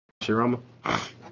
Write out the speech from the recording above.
Shirama